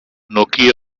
nokia